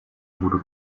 будут